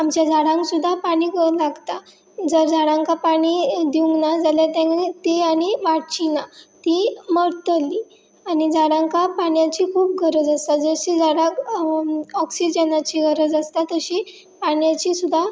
आमच्या झाडांक सुद्दा पाणी लागता जर झाडांकां पाणी दिवंक ना जाल्यार ते ती आनी वाडची ना ती मरतली आनी झाडांकां पान्याची खूब गरज आसता जशी झाडांक ऑक्सिजनाची गरज आसता तशी पान्याची सुद्दां